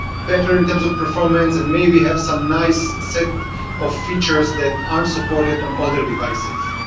better in terms of performance, and maybe have some nice set of features that aren't supported on older devices.